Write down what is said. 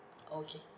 okay